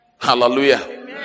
Hallelujah